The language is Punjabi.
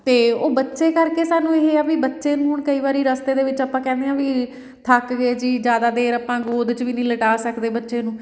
ਅਤੇ ਉਹ ਬੱਚੇ ਕਰਕੇ ਸਾਨੂੰ ਇਹ ਆ ਵੀ ਬੱਚੇ ਨੂੰ ਹੁਣ ਕਈ ਵਾਰੀ ਰਸਤੇ ਦੇ ਵਿੱਚ ਆਪਾਂ ਕਹਿੰਦੇ ਹਾਂ ਵੀ ਥੱਕ ਗਏ ਜੀ ਜ਼ਿਆਦਾ ਦੇਰ ਆਪਾਂ ਗੋਦ 'ਚ ਵੀ ਨਹੀਂ ਲਿਟਾ ਸਕਦੇ ਬੱਚੇ ਨੂੰ